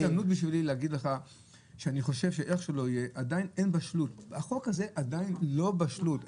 זו ההזדמנות בשבילי להגיד לך שאין להצעת החוק הזאת בשלות לחקיקה,